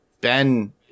Ben